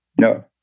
No